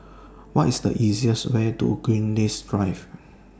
What IS The easiest Way to Greenwich Drive